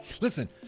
listen